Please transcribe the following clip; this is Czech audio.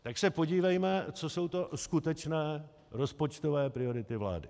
Tak se podívejme, co jsou to skutečné rozpočtové priority vlády.